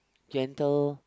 gentle